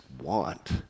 want